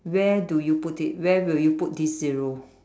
where do you put it where will you put this zero